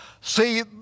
See